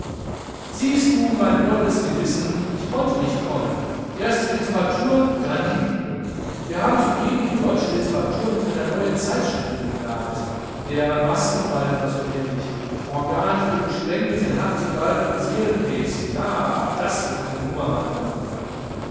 siehst du mein blondes gewissen ich konnte nicht kommen erst die litteratur dann die liebe wir haben soeben die deutsche litteratur mit einer neuen zeitschrift begnadet der mastenwald oder so ähnlich organ für gesprenkelte nachtigallen und seelenkrebs ja das wird eine nummer madame